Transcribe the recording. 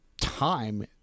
time